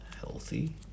healthy